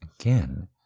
again